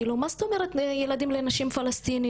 כאילו מה זאת אומרת ילדים לנשים פלסטיניות?